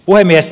puhemies